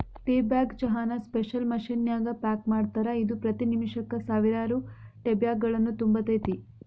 tea bag ಚಹಾನ special machine ನ್ಯಾಗ pack ಮಾಡ್ತಾರ, ಇದು ಪ್ರತಿ ನಿಮಿಷಕ್ಕ ಸಾವಿರಾರು ಟೇಬ್ಯಾಗ್ಗಳನ್ನು ತುಂಬತೇತಿ